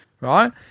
right